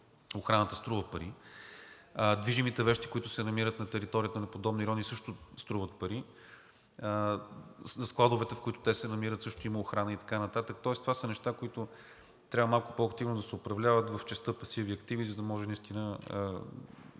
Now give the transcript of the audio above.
охраната струва пари, движимите вещи, които се намират на територията на подобни райони също струват пари, складовете, в които те се намират, също имат охрана и така нататък. Тоест това са неща, които трябва малко по-активно да се управляват в частта „пасиви“ и „активи“, за да може наистина